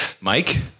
Mike